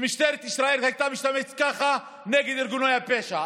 שמשטרת ישראל הייתה משתמשת ככה נגד ארגוני הפשע,